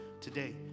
today